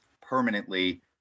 permanently